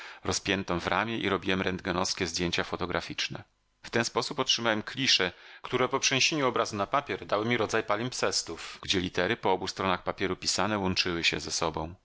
w ramie i robiłem rntgenowskie zdjęcia fotograficzne w ten sposób otrzymałem klisze które po przeniesieniu obrazu na papier dały mi rodzaj palimpsestów gdzie litery po obu stronach papieru pisane łączyły się ze sobą